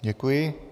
Děkuji.